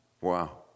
Wow